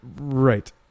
Right